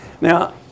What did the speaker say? Now